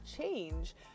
change